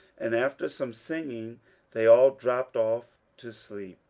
and after some singing they all dropped off to sleep.